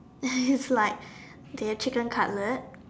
and it's like they have chicken cutlet